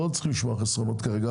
אנחנו לא צריכים לשמוע על חסרונות כרגע.